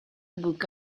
book